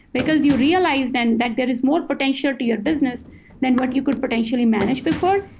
because you realize then that there is more potential to your business than what you could potentially manage before.